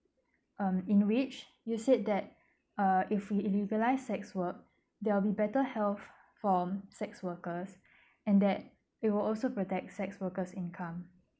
um in which you said that uh if we illegalise sex work there will be better health for sex workers and that it will also protect sex worker's income